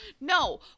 No